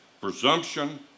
presumption